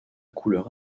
couleur